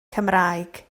cymraeg